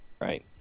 Right